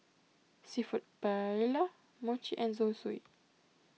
Seafood Paella Mochi and Zosui